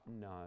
no